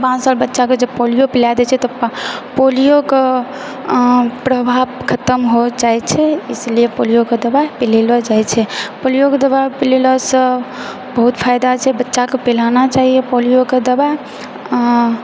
पाँच साल बच्चाकेँ जे पोलियो पिलाय दए छै तऽ पोलियोके प्रभाव खतम हो जाइत छै ईसीलिए पोलियोके दवाइ पिलाएल जाइत छै पोलियोके दवाइ पिलैलासँ बहुत फायदा छै बच्चाकेँ पिलाना चाही पोलियोके दवाइ